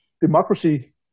democracy